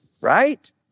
right